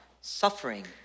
suffering